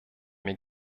mir